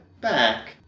back